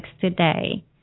today